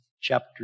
chapter